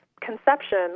conception